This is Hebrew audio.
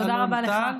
תודה רבה לך.